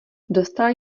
dostal